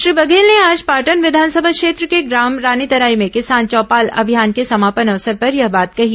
श्री बघेल ने आज पाटन विधानसभा क्षेत्र के ग्राम रानीतराई में किसान चौपाल अभियान के समापन अवसर पर यह बात कही